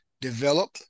develop